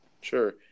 Sure